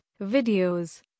videos